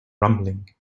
rumbling